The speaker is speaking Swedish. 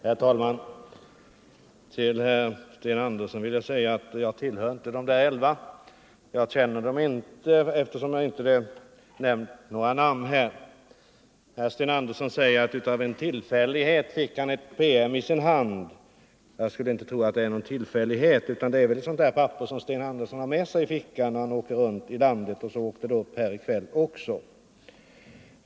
Herr talman! Till herr Sten Andersson i Stockholm vill jag säga att jag tillhör inte de där elva —- jag känner dem inte eftersom det inte nämnts några namn här. Herr Sten Andersson säger att av en tillfällighet fick han en PM i sin hand. Jag skulle inte tro att det var någon tillfällighet, utan det är väl ett sådant där papper som Sten Andersson har med sig i fickan när han far runt i landet, och så åkte det upp här i kväll också.